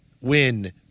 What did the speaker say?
win